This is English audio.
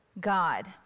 God